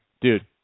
dude